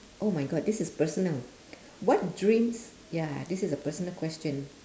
oh my god this is personal what dreams ya this is a personal question